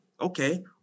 Okay